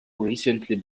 recently